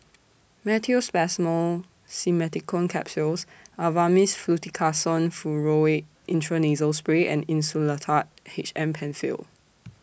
Meteospasmyl Simeticone Capsules Avamys Fluticasone Furoate Intranasal Spray and Insulatard H M PenFill